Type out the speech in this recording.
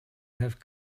have